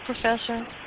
professor